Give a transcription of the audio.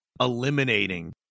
eliminating